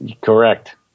Correct